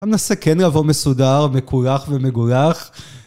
מנסה כן לבוא מסודר, מקולח ומגולח